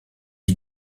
est